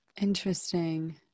Interesting